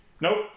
nope